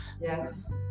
Yes